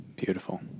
beautiful